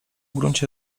gruncie